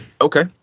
Okay